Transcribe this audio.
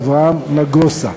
אברהם נגוסה.